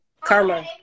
Karma